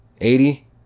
eighty